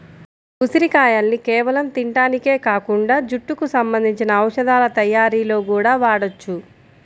ఉసిరిగాయల్ని కేవలం తింటానికే కాకుండా జుట్టుకి సంబంధించిన ఔషధాల తయ్యారీలో గూడా వాడొచ్చు